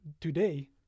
today